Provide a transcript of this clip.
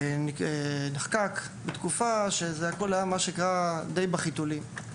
נחקק בתקופה שבה כל זה היה די בחיתולים.